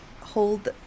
hold